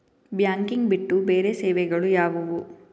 Banking ಬಿಟ್ಟು ಬೇರೆ ಸೇವೆಗಳು ಯಾವುವು?